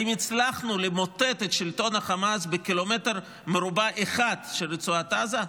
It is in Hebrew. האם הצלחנו למוטט את שלטון החמאס בקילומטר מרובע אחד של רצועת עזה?